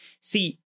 See